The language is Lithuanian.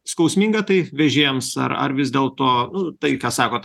skausminga tai vežėjams ar ar vis dėlto tai ką sakot